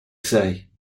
say